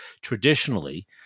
Traditionally